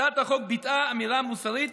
הצעת החוק ביטאה אמירה מוסרית